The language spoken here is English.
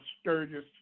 Sturgis